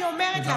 אני אומרת לך,